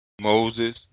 Moses